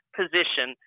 position